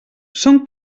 són